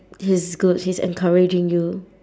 he's good he's encouraging you